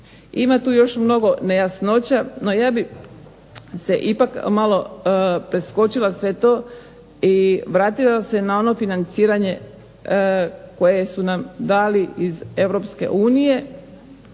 Ima tu još mnogo nejasnoća no ja bih se ipak malo preskočila sve to i vratila se na ono financiranje koje su nam dali iz EU,